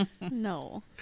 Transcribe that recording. no